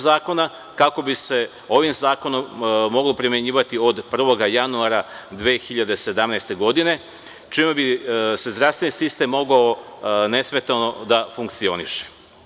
Zakona, kako bi se ovaj zakon mogao primenjivati od 1. januara 2017. godine, čime bi zdravstveni sistem mogao nesmetano da funkcioniše.